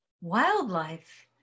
Wildlife